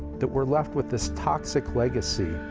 that we're left with this toxic legacy.